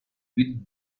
with